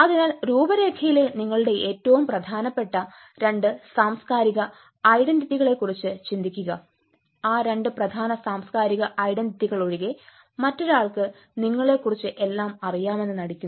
അതിനാൽ രൂപരേഖയിലെ നിങ്ങളുടെ ഏറ്റവും പ്രധാനപ്പെട്ട രണ്ട് സാംസ്കാരിക ഐഡന്റിറ്റികളെക്കുറിച്ച് ചിന്തിക്കുക ആ രണ്ട് പ്രധാന സാംസ്കാരിക ഐഡന്റിറ്റികൾ ഒഴികെ മറ്റൊരാൾക്ക് നിങ്ങളെക്കുറിച്ച് എല്ലാം അറിയാമെന്ന് നടിക്കുന്നു